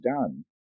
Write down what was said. done